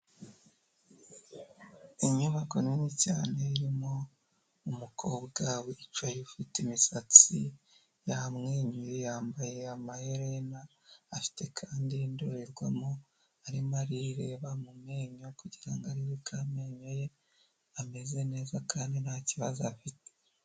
Inyubako nini cyane irimo umukobwa wicaye ufite imisatsi, yamwenyuye yambaye amaherena, afite kandi indorerwamo arimo ari ireba mu menyo, kugira ngo arebe ko amenyo ye ameze neza kandi ntakibazo afite.